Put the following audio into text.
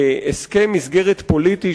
הסכם מסגרת פוליטי,